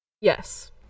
Yes